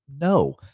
no